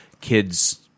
kids